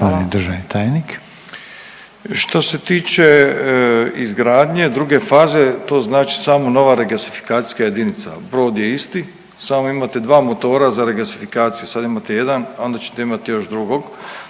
Što se tiče izgradnje druge faze to znači samo nova regasifikacijska jedinica, brod je isti samo imate dva motora za regasifikaciju, sad imate jedan, a onda ćete imati još drugog